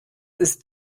ist